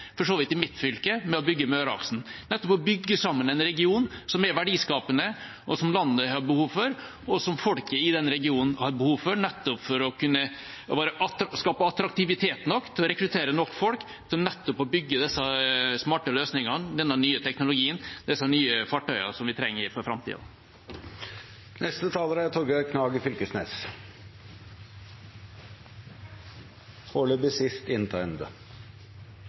for så vidt i mitt fylke ved å bygge Møreaksen: Å bygge sammen en region som er verdiskapende, som landet har behov for og som folk i den regionen har behov for, nettopp for å kunne skape attraktivitet nok til å rekruttere nok folk til å bygge disse smarte løsningene, denne nye teknologien og disse nye fartøyene som vi trenger for framtiden. Eg kan gi Orten rett i